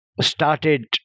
started